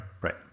right